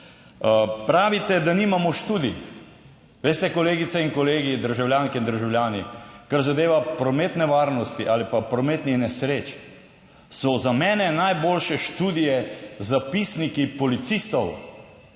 Pravite, da nimamo študij. Veste, kolegice in kolegi, državljanke in državljani, kar zadeva prometno varnost ali pa prometne nesreče, so za mene najboljše študije zapisniki policistov.